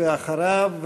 ואחריו,